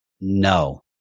No